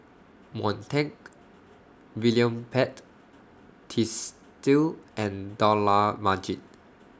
Montague William Pett Twisstii and Dollah Majid